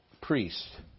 priest